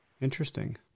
Interesting